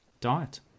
diet